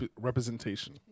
representation